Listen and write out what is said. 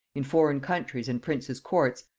in foreign countries and princes courts,